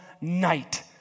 night